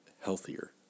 healthier